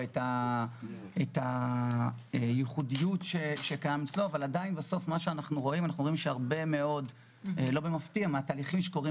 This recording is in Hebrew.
אבל כן אפשר לראות שהרבה מאוד תהליכים שקורים